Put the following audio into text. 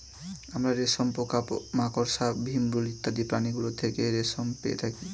আমরা রেশম পোকা, মাকড়সা, ভিমরূল ইত্যাদি প্রাণীগুলো থেকে রেশম পেয়ে থাকি